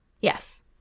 Yes